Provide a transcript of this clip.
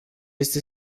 este